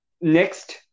next